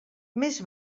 més